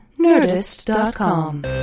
Nerdist.com